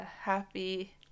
happy